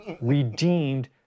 redeemed